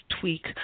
tweak